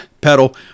pedal